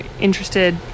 interested